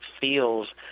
feels